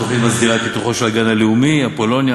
התוכנית מסדירה את פיתוחו של הגן הלאומי אפולוניה,